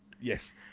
Yes